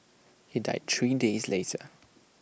he died three days later